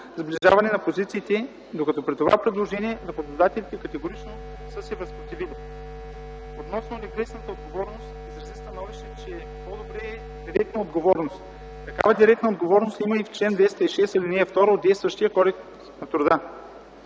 сближаване на позициите, докато при това предложение работодателите категорично се възпротивиха. Относно регресна отговорност, изрази становище, че по-добре е директна отговорност. Такава директна отговорност има в чл. 206, ал. 2 от действащия Кодекс на труда.